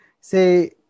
say